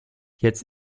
jetzt